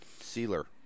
Sealer